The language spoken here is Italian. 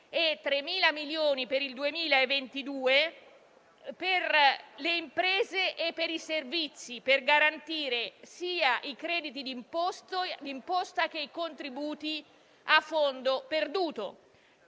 3 miliardi per il 2022) per le imprese e per i servizi, al fine di garantire sia i crediti di imposta sia i contributi a fondo perduto.